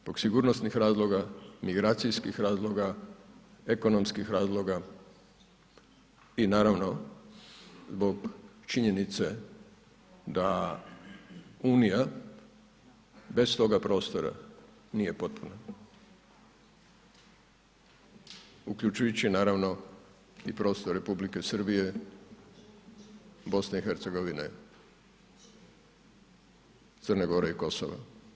Zbog sigurnosnih razloga, migracijskih razloga, ekonomskih razloga i naravno zbog činjenice da unija bez toga prostora nije potpuna uključujući naravno i prostor Republiku Srbije, BiH, Crne Gore i Kosova.